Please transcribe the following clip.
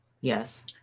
Yes